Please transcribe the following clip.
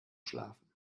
schlafen